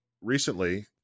recently